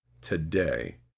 today